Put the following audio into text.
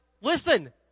listen